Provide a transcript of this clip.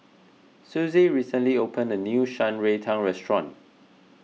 Susie recently opened a new Shan Rui Tang Restaurant